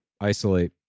isolate